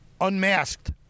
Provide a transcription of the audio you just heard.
unmasked